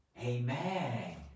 Amen